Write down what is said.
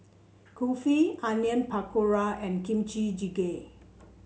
Kulfi Onion Pakora and Kimchi Jjigae